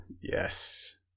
Yes